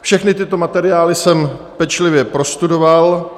Všechny tyto materiály jsem pečlivě prostudoval.